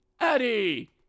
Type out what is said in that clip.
Eddie